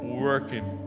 working